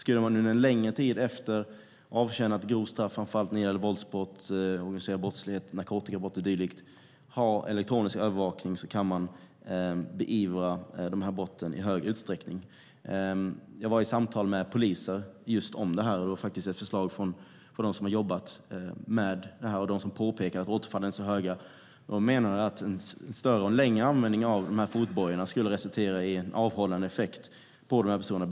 Om man under en längre tid efter avtjänat straff, framför allt när det gäller grova våldsbrott, narkotikabrott och dylikt, har elektronisk övervakning kan man beivra de brotten i hög utsträckning. Jag har haft samtal med poliser om just det här, och detta är faktiskt ett förslag från dem som har jobbat med det här. Det var de som påpekade att återfallen är så många. De menade att mer omfattande och längre användning av fotboja skulle resultera i en avhållande effekt på de här personerna.